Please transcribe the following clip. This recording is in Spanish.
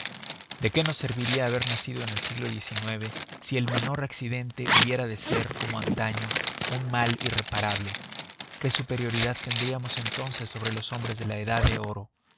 de qué nos serviría haber nacido en el siglo xix si el menor accidente hubiera de ser como antaño un mal irreparable qué superioridad tendríamos entonces sobre los hombres de la edad de oro